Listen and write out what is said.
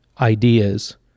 ideas